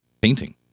painting